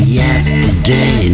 yesterday